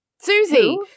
Susie